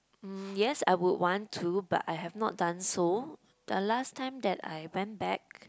mm yes I would want to but I have not done so the last time that I went back